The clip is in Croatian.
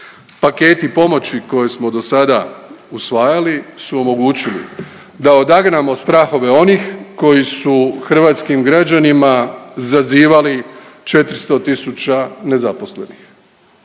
Paketi pomoći koje smo dosada usvajali su omogućili da odagnamo strahove onih koji su hrvatskim građanima zazivali 400 tisuća nezaposlenih.